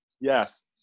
yes